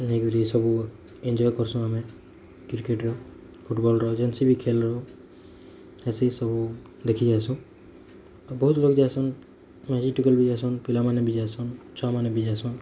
ଯାଇକରି ସବୁ ଏଞ୍ଜୟ କରସୁ ଆମେ କ୍ରିକେଟ୍ର ଫୁଟବଲ୍ର ଯେନ୍ସି ବି ଖେଲ୍ ରୁ ହେସି ସବୁ ଦେଖି ଯାଏସୁ ଆଉ ବହୁତ ଲୋକ ଯାଏସନ୍ ମାଝି ଟୁକେଲ ବି ଯାଏସନ୍ ପିଲାମାନେ ବି ଯାଏସନ୍ ଛୁଆମାନେ ବି ଯାଏସନ୍